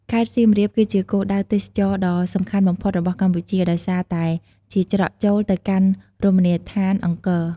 ខេត្តសៀមរាប គឺជាគោលដៅទេសចរណ៍ដ៏សំខាន់បំផុតរបស់កម្ពុជា ដោយសារតែជាច្រកចូលទៅកាន់រមណីយដ្ឋានអង្គរ។